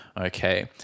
okay